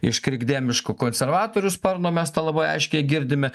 iš krikdemiško konservatorių sparno mes tą labai aiškiai girdime